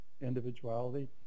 individuality